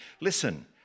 Listen